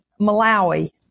Malawi